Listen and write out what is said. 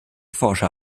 forscher